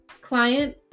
client